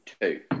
Two